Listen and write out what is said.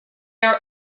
are